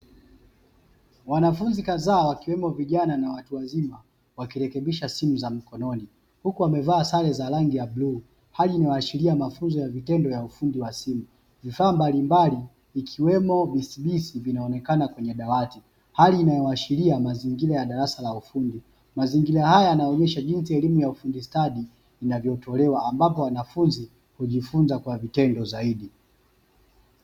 Wanafunzi kadhaa wakiwemo vijana na watu wazima wakirekebisha simu za mkononi huku wamevaa sare za rangi ya bluu hali inayoashiria mafunzo ya vitendo ya ufundi wa simu vifaa mbalimbali ikiwemo bisibis vinaonekana kwenye dawati hali inayoashiria mazingira ya darasa la ufundi mazingira haya yanaonyesha jinsi elimu ya ufundi stadi inavyotolewa ambapo wanafunzi kujifunza kwa vitendo zaidi.